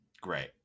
Great